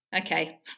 okay